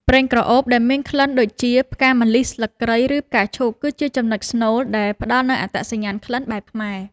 ប្រេងក្រអូប ដែលមានក្លិនដូចជា ផ្កាម្លិះ ស្លឹកគ្រៃ ឬផ្កាឈូក គឺជាចំណុចស្នូលដែលផ្ដល់នូវអត្តសញ្ញាណក្លិនបែបខ្មែរ។